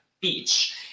beach